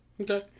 Okay